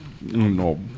no